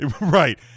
Right